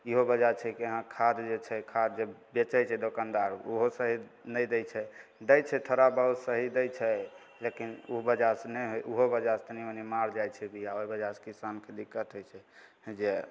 इहो वजह छै कि यहाँ खाद जे छै खाद जे बेचै छै दोकानदार ओहो सही नहि दै छै दै छै थोड़ा बहुत सही दै छै लेकिन ओहि वजहसे ने ओहो वजहसे तनि मनि मारि जाइ छै बीआ ओहि वजहसे किसानके दिक्कत होइ छै जे